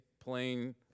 plain